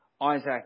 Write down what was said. Isaac